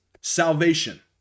salvation